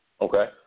Okay